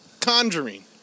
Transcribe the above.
conjuring